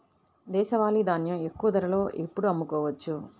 దేశవాలి ధాన్యం ఎక్కువ ధరలో ఎప్పుడు అమ్ముకోవచ్చు?